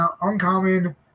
uncommon